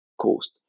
coast